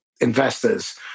investors